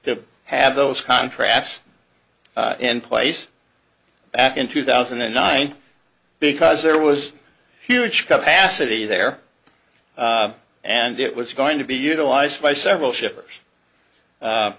to have those contracts in place back in two thousand and nine because there was huge capacity there and it was going to be utilized by several shippers